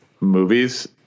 movies